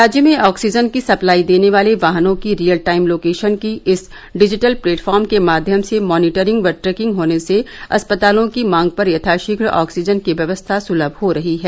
राज्य में ऑक्सीजन की सप्लाई देने वाले वाहनों की रियल टाइम लोकेशन की इस डिजीटल प्लेटफार्म के माध्यम से मॉनिटरिंग व ट्रेकिंग होने से अस्पतालों की मॉग पर यथाशीघ्र ऑक्सीजन की व्यवस्था सुलभ हो रही है